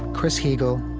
chris heagle,